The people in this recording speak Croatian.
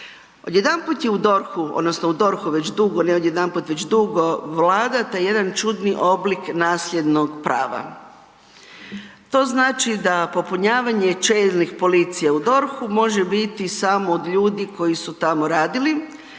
Odjedanput je u DORH-u odnosno u DORH-u već dugo, ne odjedanput već dugo, vlada taj jedan čudni oblik nasljednog prava. To znači da popunjavanje čelnih policija u DORH-u može biti samo od ljudi koji su tamo radili